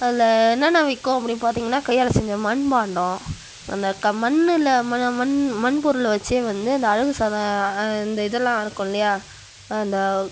அதில் என்னென்னா விற்கும் அப்படினு பார்த்திங்கனா கையால் செஞ்ச மண் பாண்டம் அந்த மண்ணில் மண்ணு மண் மண் பொருளை வைச்சே வந்து அந்த அழகு சாதனம் அந்த இதெல்லாம் இருக்கும் இல்லையா அந்த